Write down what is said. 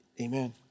Amen